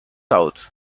out